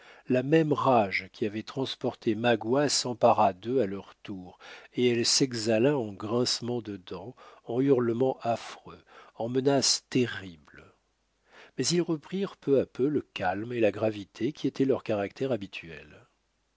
la même rage qui avait transporté magua s'empara d'eux à leur tour et elle s'exhala en grincements de dents en hurlements affreux en menaces terribles mais ils reprirent peu à peu le calme et la gravité qui étaient leur caractère